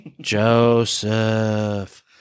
Joseph